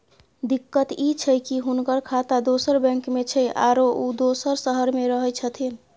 दिक्कत इ छै की हुनकर खाता दोसर बैंक में छै, आरो उ दोसर शहर में रहें छथिन